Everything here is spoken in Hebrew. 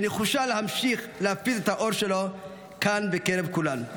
שנחושה להמשיך להפיץ את האור שלו כאן בקרב כולנו.